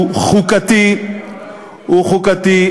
הוא חוקתי הוא חוקתי,